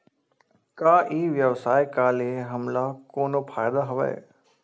का ई व्यवसाय का ले हमला कोनो फ़ायदा हवय?